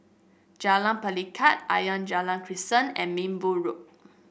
Jalan Pelikat Ayer Rajah Crescent and Minbu Road